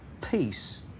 peace